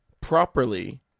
properly